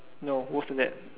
no worst than that